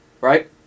Right